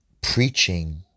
preaching